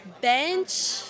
bench